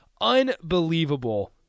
unbelievable